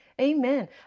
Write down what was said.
Amen